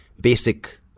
basic